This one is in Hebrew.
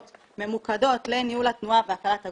ממוקדות לניהול התנועה והקלת הגודש.